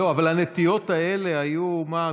אבל הנטיעות האלה היו מה,